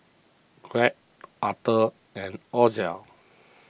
Craig Arthur and Ozell